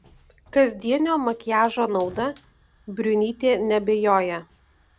kasdienio makiažo nauda briunytė neabejoja